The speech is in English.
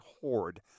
hoard